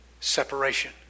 separation